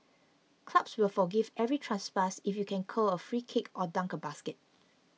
clubs will forgive every trespass if you can curl a free kick or dunk a basket